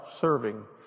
serving